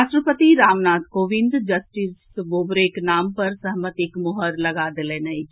राष्ट्रपति रामनाथ कोविंद जस्टिस बोबड़ेक नाम पर सहमतिक मुहर लगा देलनि अछि